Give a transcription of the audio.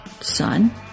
son